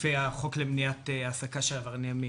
לפי החוק למניעת העסקה של עברייני מין,